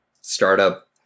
startup